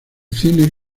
cine